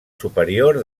superior